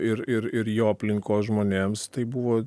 ir ir ir jo aplinkos žmonėms tai buvo